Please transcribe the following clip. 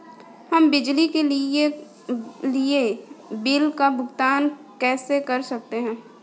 हम बिजली के बिल का भुगतान कैसे कर सकते हैं?